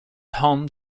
home